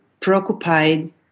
preoccupied